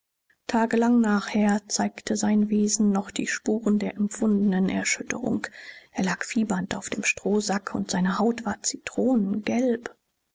tagelang nachher zeigte sein wesen noch die spuren der empfundenen erschütterung er lag fiebernd auf dem strohsack und seine haut war zitronengelb